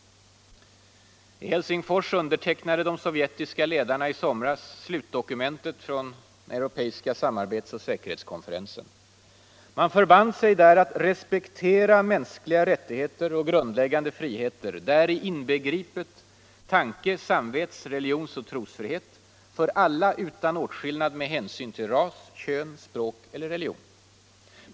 I Helsingfors undertecknade de sovjetiska ledarna i somras slutdokumentet från den europeiska samarbets och säkerhetskonferensen. Man förband sig där att ”respektera mänskliga rättigheter och grundläggande friheter, däri inbegripet tanke-, samvets-, religions och trosfrihet, för alla utan åtskillnad med hänsyn till ras, kön, språk eller religion”.